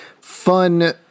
fun